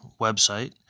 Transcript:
website